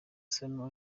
sano